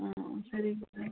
ஆ சரிங்க சார்